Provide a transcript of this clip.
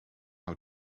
how